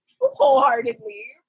wholeheartedly